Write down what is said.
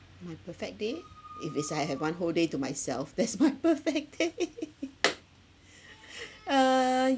my perfect day if it's I have one whole day to myself that's my perfect day uh